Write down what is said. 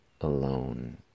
alone